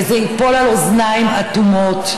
וזה ייפול על אוזניים אטומות.